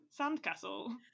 sandcastle